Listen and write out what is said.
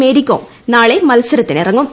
മേരികോം നാളെ മത്സരത്തിനിറങ്ങും